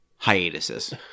hiatuses